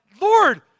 Lord